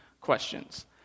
questions